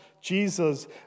Jesus